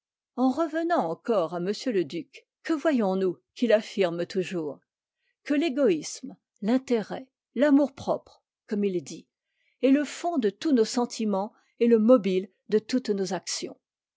en revenant encore à m le duc que voyons-nous qu'il affirme toujours que l'égoïsme l'intérêt l'amour-propre comme il dit est le fond de tous nos sentiments et le mobile de toutes nos actions